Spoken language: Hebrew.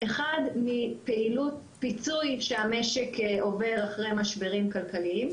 1. מפעילות פיצוי שהמשק עובר אחרי משברים כלכליים,